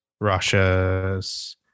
Russia's